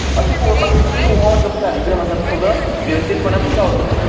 अशी पळोवपाची की हो जो कार्यक्रम आसा तो सगळो वेवस्थीतपणान जावंचो